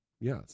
Yes